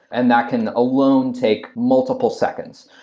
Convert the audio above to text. and that can alone take multiple seconds.